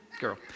girl